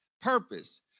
Purpose